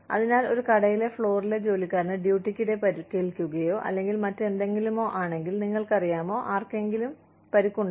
അതിനാൽ ഒരു കടയിലെ ഫ്ലോറിലെ ജോലിക്കാരന് ഡ്യൂട്ടിക്കിടെ പരിക്കേൽക്കുകയോ അല്ലെങ്കിൽ മറ്റെന്തെങ്കിലുമോ ആണെങ്കിൽ നിങ്ങൾക്കറിയാമോ ആർക്കെങ്കിലും പരിക്കുണ്ട്